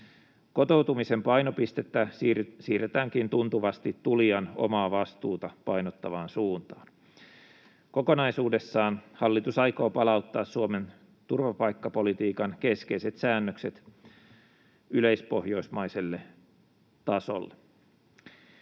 Kotoutumisen painopistettä siirretäänkin tuntuvasti tulijan omaa vastuuta painottavaan suuntaan. Kokonaisuudessaan hallitus aikoo palauttaa Suomen turvapaikkapolitiikan keskeiset säännökset yleispohjoismaiselle tasolle.